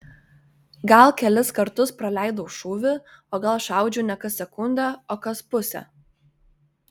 gal kelis kartus praleidau šūvį o gal šaudžiau ne kas sekundę o kas pusę